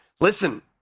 listen